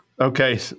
Okay